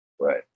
Right